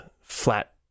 flat